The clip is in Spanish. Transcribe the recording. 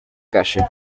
calle